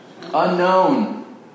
unknown